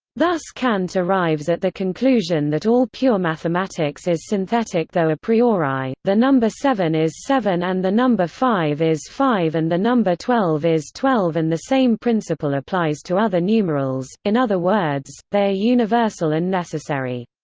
thus kant arrives at the conclusion that all pure mathematics is synthetic though a priori the number seven is seven and the number five is five and the number twelve is twelve and the same principle applies to other numerals in other words, they are universal and necessary.